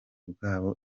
bwabo